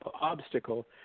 obstacle